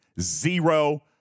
Zero